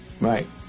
right